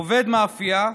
עובד מאפייה,